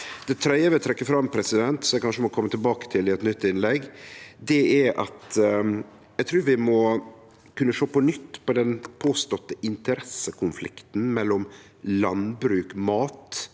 Det tredje eg vil trekkje fram, og som eg kanskje må kome tilbake til i eit nytt innlegg, er at eg trur vi må kunne sjå på nytt på den påståtte interessekonflikten mellom landbruk, mat